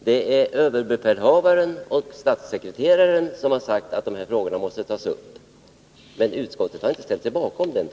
Herr talman! Det är överbefälhavaren och statssekreteraren som har sagt att dessa frågor måste tas upp, men utskottet har inte ställt sig bakom det.